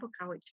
college